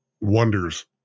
wonders